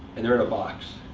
and they're in a box.